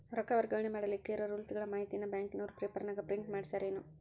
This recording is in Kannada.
ರೊಕ್ಕ ವರ್ಗಾವಣೆ ಮಾಡಿಲಿಕ್ಕೆ ಇರೋ ರೂಲ್ಸುಗಳ ಮಾಹಿತಿಯನ್ನ ಬ್ಯಾಂಕಿನವರು ಪೇಪರನಾಗ ಪ್ರಿಂಟ್ ಮಾಡಿಸ್ಯಾರೇನು?